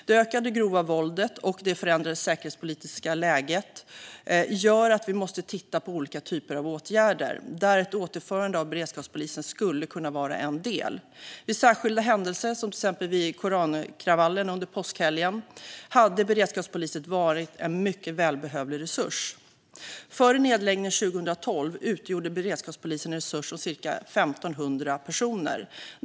Det ökade grova våldet och det förändrade säkerhetspolitiska läget gör att vi måste titta på olika typer av åtgärder, där ett återinförande av beredskapspolisen skulle kunna vara en del. Vid särskilda händelser, som till exempel vid korankravallerna under påskhelgen, hade beredskapspolisen varit en mycket välbehövlig resurs. Före nedläggningen 2012 utgjorde beredskapspolisen en resurs om cirka 1 500 personer.